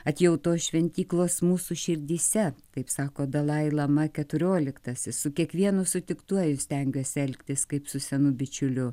atjautos šventyklos mūsų širdyse taip sako dalai lama keturioliktasis su kiekvienu sutiktuoju stengiuosi elgtis kaip su senu bičiuliu